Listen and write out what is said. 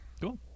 Cool